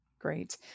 Great